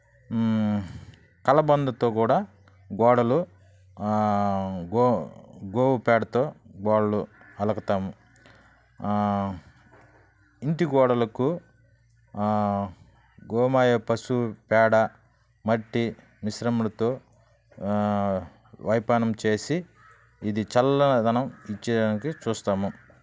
కలబందతో కూడా గోడలు గోవు పేడతో గోడలు అలుకుతాము ఇంటి గోడలకు గోమాత పశువు పేడ మట్టి మిశ్రమాలతో వ్యాపనం చేసి ఇది చల్లదనం ఇవ్వడానికి చూస్తాము